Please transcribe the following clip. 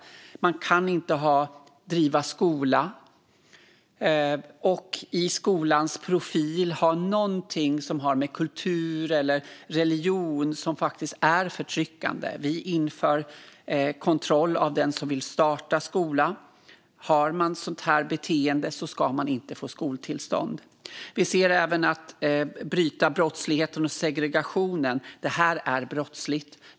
Man kan inte driva en skola och i skolans profil ha någonting förtryckande som har med kultur eller religion att göra. Vi inför kontroll av den som vill starta en skola, och har man ett sådant här beteende ska man inte få skoltillstånd. Vi ser även att det handlar om att bryta brottsligheten och segregationen. Det här är brottsligt.